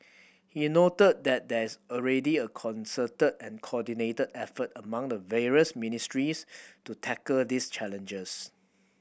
he noted that there is already a concerted and coordinated effort among the various ministries to tackle these challenges